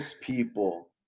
people